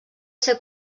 ser